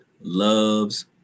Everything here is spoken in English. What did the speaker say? loves